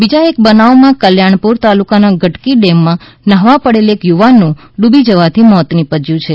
બીજા એક બનાવમાં કલ્યાણપુર તાલુકાના ગટકી ડેમમાં ન્હાવા પડેલા એક યુવાનનું ડૂ બી જવાથી મોત નિપજ્યું છે